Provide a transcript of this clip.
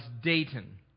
Dayton